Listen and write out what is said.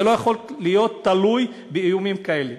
זה לא יכול להיות תלוי באיומים כאלה.